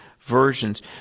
versions